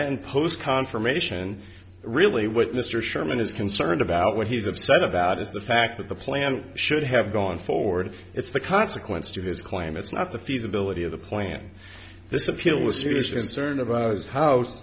then post confirmation really what mr sherman is concerned about what he's upset about is the fact that the plan should have gone forward it's the consequence to his claim it's not the feasibility of the plan this appeal association certain about whose house